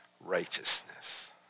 righteousness